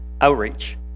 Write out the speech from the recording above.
outreach